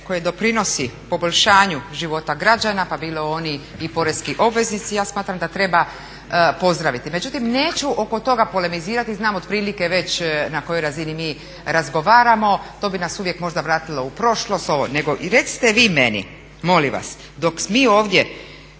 koje doprinose poboljšanju života građana, pa bilo oni i poreski obveznici, ja smatram da treba pozdraviti. Međutim, neću oko toga polemizirati, znam otprilike već na kojoj razini mi razgovaramo. To bi nas uvijek možda vratilo u prošlost. Recite vi meni molim vas, dok mi ovdje